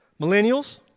Millennials